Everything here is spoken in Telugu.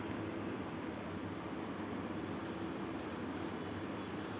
క్రెడిట్ కార్డు వల్ల లాభం ఏంటి?